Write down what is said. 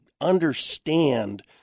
understand